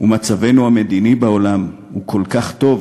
ומצבנו המדיני בעולם הוא כל כך טוב,